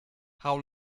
how